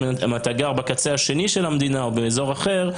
אתה גר בקצה השני של המדינה או באזור אחר,